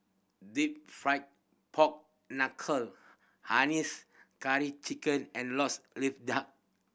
Deep Fried Pork Knuckle hainanese chicken and Lotus Leaf Duck